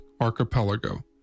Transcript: archipelago